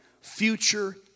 future